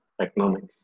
economics